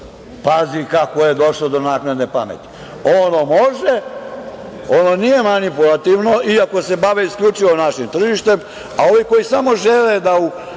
Pazi kako je došlo do naknadne pameti. Ono može, ono nije manipulativno, iako se bave isključivo našim tržištem, a oni koji samo žele da u